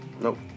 Nope